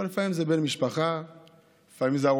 אבל לפעמים זה בן משפחה,